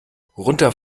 runter